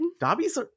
dobby's